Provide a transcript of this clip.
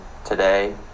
today